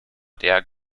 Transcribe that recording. der